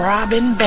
Robin